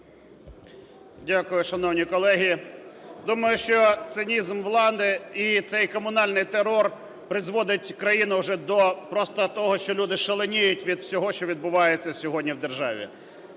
Дякую, шановні колеги. Думаю, що цинізм влади і цей комунальний терор призводить країну вже просто того, що люди шаленіють від всього, що відбувається сьогодні в державі.